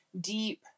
deep